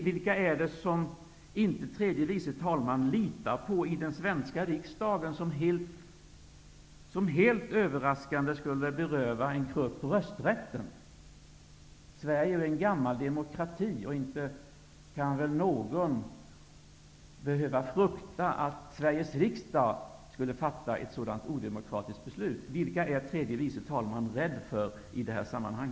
Vilka är det som tredje vice talman inte litar på i den svenska riksdagen och som helt överraskande skulle beröva en grupp rösträtten? Sverige är ju en gammal demokrati. Inte kan väl någon behöva frukta att Sveriges riksdag skulle fatta ett sådant odemokratiskt beslut. Vilka är tredje vice talman rädd för i detta sammanhang?